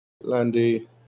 Landy